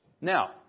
Now